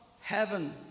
heaven